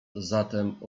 zatem